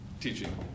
teaching